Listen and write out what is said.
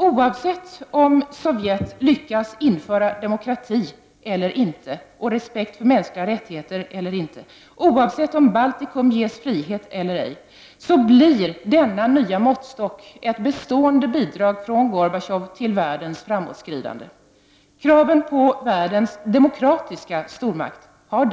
Oavsett om Sovjet lyckas införa demokrati och respekt för mänskliga rättigheter eller inte och oavsett om Baltikum ges frihet eller inte blir denna nya måttstock ett bestående bidrag från Gorbatjov till världens framåtskridande. Kraven på världens demokratiska stormakt har